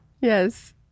Yes